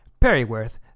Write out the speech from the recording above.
Perryworth